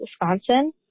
Wisconsin